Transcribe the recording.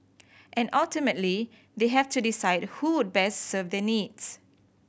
and ultimately they have to decide who would best serve their needs